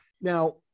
Now